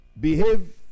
behave